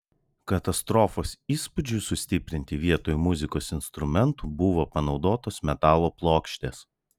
katastrofos įspūdžiui sustiprinti vietoj muzikos instrumentų buvo panaudotos metalo plokštės